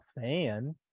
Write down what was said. fan